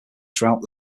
throughout